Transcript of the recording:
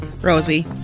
Rosie